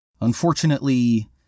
Unfortunately